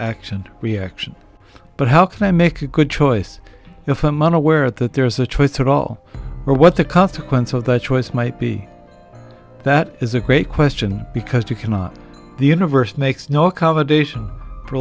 action reaction but how can i make a good choice if i'm unaware that there is a choice at all or what the consequence of that choice might be that is a great question because you cannot the universe makes no covered ation